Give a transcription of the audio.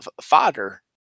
fodder